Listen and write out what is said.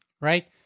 right